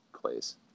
plays